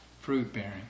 fruit-bearing